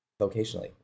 vocationally